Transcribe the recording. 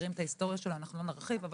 מכירים את ההיסטוריה שלו - לא נרחיב אבל